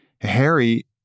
Harry